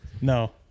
No